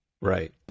Right